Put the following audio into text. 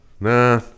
Nah